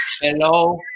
Hello